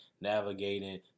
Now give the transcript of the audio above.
navigating